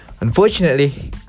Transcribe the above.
unfortunately